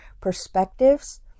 perspectives